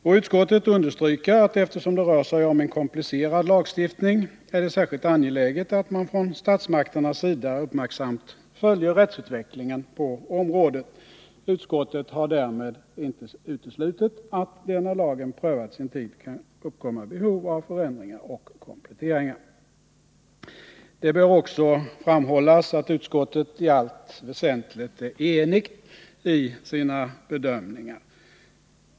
Och utskottet understryker att eftersom det rör sig om en komplicerad lagstiftning är det särskilt angeläget att man från statsmakternas sida uppmärksamt följer rättsutvecklingen på området. Utskottet har därmed inte uteslutit att det när lagen prövats en tid kan uppkomma behov av förändringar och kompletteringar. Det bör också framhållas att utskottet i allt väsentligt är enigt i sina bedömningar.